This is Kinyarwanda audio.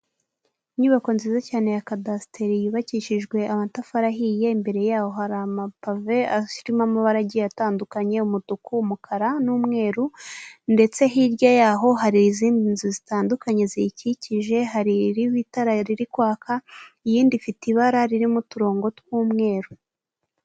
Inyubako nziza cyane ya kadasitiri yubakishijwe amatafari ahiye mbere yaho hari amapave arimo amabarangi atandukanye umutuku, umukara n'umweru ndetse hirya yaho hari izindi nzu zitandukanye ziyikikije hari iriho itara riri kwaka, iyindi ifite ibara ririmo uturongo tw'umweru.